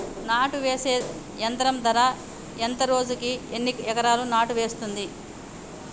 నాటు వేసే యంత్రం ధర ఎంత రోజుకి ఎన్ని ఎకరాలు నాటు వేస్తుంది?